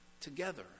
together